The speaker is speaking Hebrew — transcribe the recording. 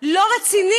לא רציני,